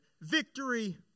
Victory